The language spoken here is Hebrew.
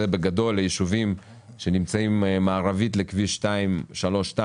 אלה יישובים שנמצאים מערבית לכביש 232,